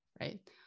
right